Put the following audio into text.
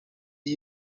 die